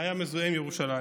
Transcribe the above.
והיה מזוהה עם ירושלים.